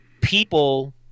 people